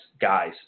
guys